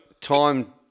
time